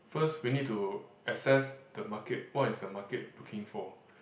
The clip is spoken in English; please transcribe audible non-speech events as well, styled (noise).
first we need to access the market what is the market looking for (breath)